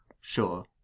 sure